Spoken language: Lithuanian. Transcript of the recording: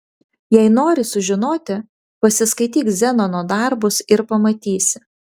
jei nori sužinoti pasiskaityk zenono darbus ir pamatysi